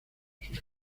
sus